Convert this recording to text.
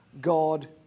God